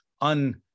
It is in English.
un